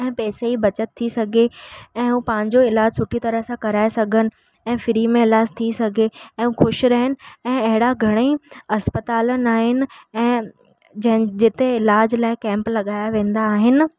ऐं पैसे जी बचति थी सघे ऐं हू पंहिंजो इलाजु सुठी तरह सां कराए सघनि ऐं फ्री में इलाजु थी सघे ऐं ख़ुशि रहनि ऐं अहिड़ा घणा ई इस्पतालियुनि आहिनि ऐं जंहिं जिते इलाज लाइ कैंप लॻाया वेंदा आहिनि